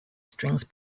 strings